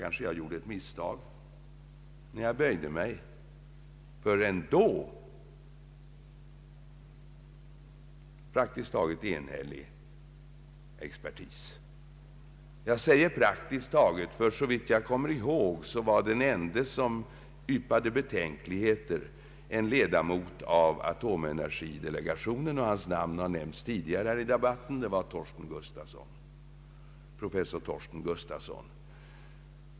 Jag gjorde kanske ett misstag, när jag böjde mig för en då praktiskt taget enhällig expertis — jag säger prak tiskt taget, ty den ende som yppade betänkligheter var, såvitt jag kommer ihåg, en ledamot av delegationen för atomenergifrågor, vars namn har nämnts tidigare här i dag, nämligen professor Torsten Gustafson.